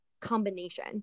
combination